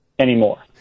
Anymore